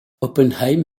oppenheim